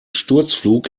sturzflug